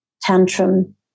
tantrum